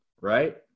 Right